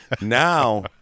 now